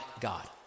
God